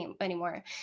anymore